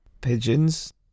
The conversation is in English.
Pigeons